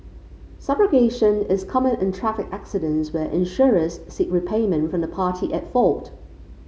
subrogation is common in traffic accidents where insurers seek repayment from the party at fault